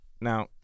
Now